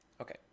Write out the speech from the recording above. Okay